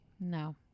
No